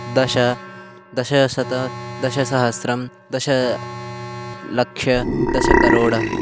दश दशशतं दशसहस्रं दशलक्षं दशकरोड